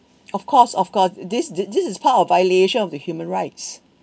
of course of course this this is part of violation of the human rights